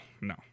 No